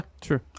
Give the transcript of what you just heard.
true